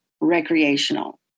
recreational